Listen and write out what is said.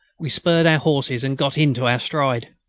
we spurred our horses and got into our stride.